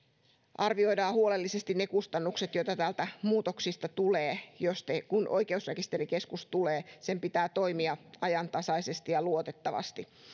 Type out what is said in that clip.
arvioidaan huolellisesti ne kustannukset joita muutoksista tulee kun oikeusrekisterikeskus tulee sen pitää toimia ajantasaisesti ja luotettavasti